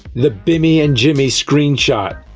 the bimmy and jimmy screenshot!